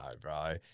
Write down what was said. bro